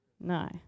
No